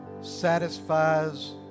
Satisfies